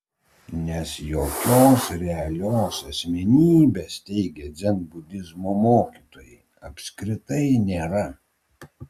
nes jokios realios asmenybės teigia dzenbudizmo mokytojai apskritai nėra